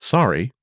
Sorry